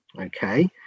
okay